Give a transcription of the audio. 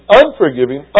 unforgiving